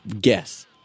guess